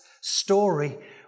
story